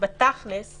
אז